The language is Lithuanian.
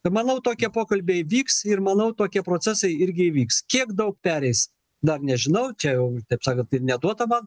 manau tokie pokalbiai vyks ir manau tokie procesai irgi vyks kiek daug pereis dar nežinau tačiau jau taip sakant ir neduota man